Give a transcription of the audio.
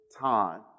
time